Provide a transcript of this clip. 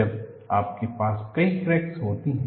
जब आपके पास कई क्रैक्स होती हैं